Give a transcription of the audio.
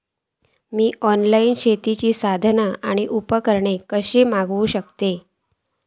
मी online शेतीची साधना आणि उपकरणा कशी मागव शकतय?